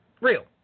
real